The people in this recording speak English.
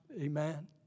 Amen